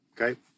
okay